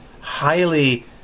highly